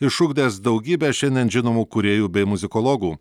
išugdęs daugybę šiandien žinomų kūrėjų bei muzikologų